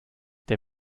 der